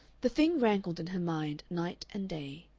the thing rankled in her mind night and day.